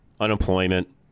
unemployment